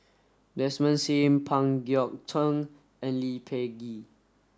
Desmond Sim Pang Guek Cheng and Lee Peh Gee